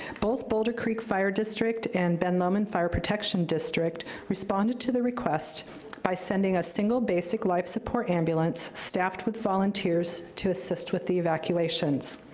both boulder creek fire district and ben lomond lomond fire protection district responded to the requests by sending a single basic life support ambulance, staffed with volunteers, to assist with the evacuations.